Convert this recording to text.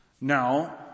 Now